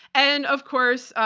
and of course,